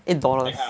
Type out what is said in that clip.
eight dollars